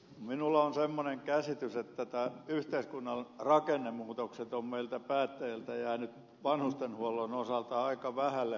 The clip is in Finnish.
minulla on semmoinen käsitys että nämä yhteiskunnan rakennemuutokset ovat meiltä päättäjiltä jääneet vanhustenhuollon osalta aika vähälle huomiolle